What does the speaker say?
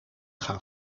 gaan